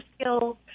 skills